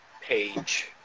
page